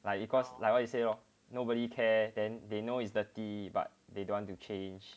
like cause like what you said lor nobody care then they know it's dirty but they don't want to change